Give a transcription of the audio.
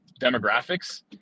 demographics